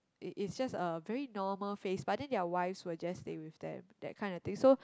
it is just a very normal phase but then their wives will just stay with them that kind of thing so